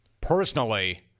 Personally